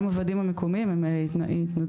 גם הוועדים המקומיים הם התנדבותיים,